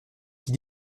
qui